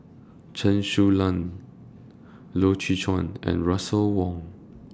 Chen Su Lan Loy Chye Chuan and Russel Wong